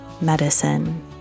medicine